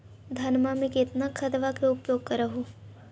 धानमा मे कितना खदबा के उपयोग कर हू?